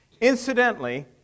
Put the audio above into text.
Incidentally